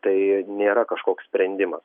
tai nėra kažkoks sprendimas